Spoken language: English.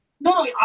No